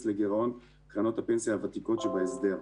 לגירעון קרנות הפנסיה הוותיקות שבהסדר.